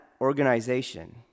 organization